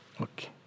Okay